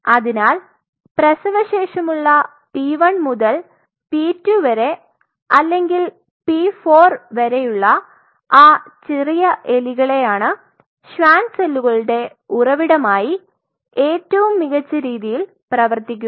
അതിനാൽ പ്രേസവശേഷമുള്ള p1 മുതൽ p2 വരെ അല്ലെങ്കിൽ p4 വരെ ഉള്ള ആ ചെറിയ എലികളാണ് ഷ്വാൻ സെല്ലുകളുടെ ഉറവിടമായി ഏറ്റവും മികച്ച രീതിയിൽ പ്രവർത്തിക്കുന്നത്